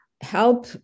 help